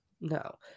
No